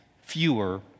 fewer